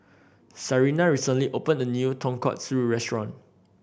Sarina recently opened a new Tonkatsu Restaurant